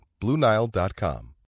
BlueNile.com